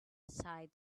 sighed